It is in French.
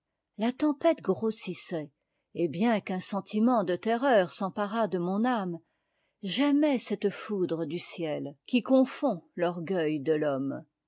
la tempête grossissait et bien qu'un sentiment de terreur s'emparât de mon âme j'aimais cette foudre du ciel qui confond l'orgueil de l'homme